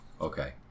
Okay